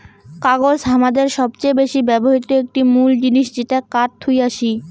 কাগজ হামাদের সবচেয়ে বেশি ব্যবহৃত একটি মুল জিনিস যেটা কাঠ থুই আসি